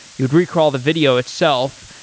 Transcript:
you would re-crawl the video itself.